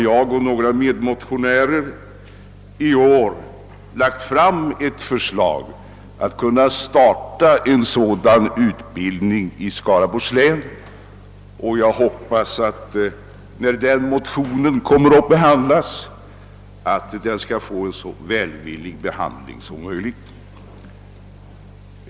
Jag och några medmotionärer har i år lagt fram ett förslag om att man skall starta en sådan utbildning i Skaraborgs län, och jag hoppas att den motionen skall få en så välvillig behandling som möjligt.